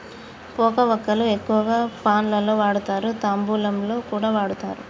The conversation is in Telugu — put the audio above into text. పోక వక్కలు ఎక్కువగా పాన్ లలో వాడుతారు, తాంబూలంలో కూడా వాడుతారు